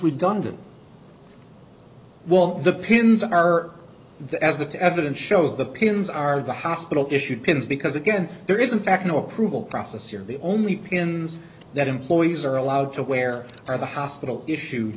redundant while the pins are the as the to evidence shows the pins are the hospital issued pins because again there is in fact no approval process you're the only pins that employees are allowed to wear are the hospital issue